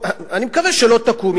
אני מקווה שלא תקום.